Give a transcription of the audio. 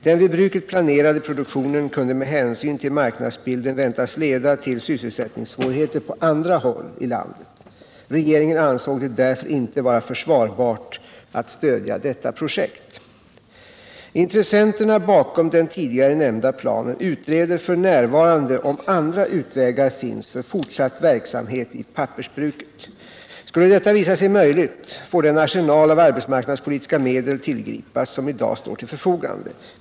Den vid bruket planerade produktionen kunde med hänsyn till marknadsbilden väntas leda till sysselsättningssvårigheter på andra håll i landet. Regeringen ansåg det därför inte vara försvarbart att stödja detta projekt. Intressenterna bakom den tidigare nämnda planen utreder f. n. om andra utvägar finns för fortsatt verksamhet vid pappersbruket. Skulle detta visa sig omöjligt får den arsenal av arbetsmarknadspolitiska medel tillgripas som i dag står till förfogande.